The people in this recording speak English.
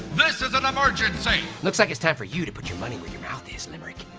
this is an emergency. looks like it's time for you to put your money where your mouth is limerick,